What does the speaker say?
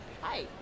Hi